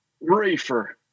Reefer